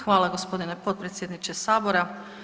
Hvala gospodine potpredsjedniče Sabora.